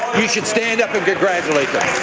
he should stand up and congratulate them.